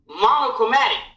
Monochromatic